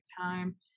time